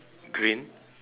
grey